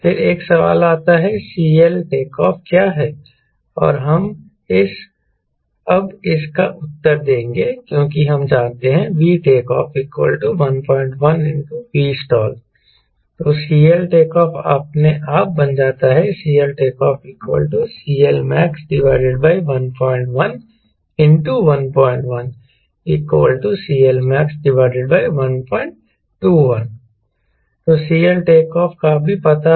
फिर एक सवाल आता है CLTO क्या है और हम अब इसका उत्तर देंगे क्योंकि हम जानते हैं VTO 11Vstall तो CLTO अपने आप बन जाता है CLTO CLmax11 11 CLmax121 तो CLTO का भी पता है